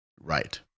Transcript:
right